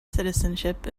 citizenship